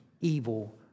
evil